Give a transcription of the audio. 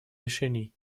решений